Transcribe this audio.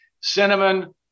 cinnamon